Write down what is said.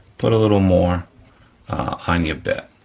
put a little more on your bit,